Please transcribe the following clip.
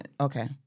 Okay